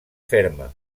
ferma